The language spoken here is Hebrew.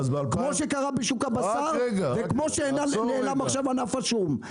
כמו שקרה בשוק הבשר וכמו שנעלם עכשיו ענף השום,